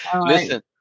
Listen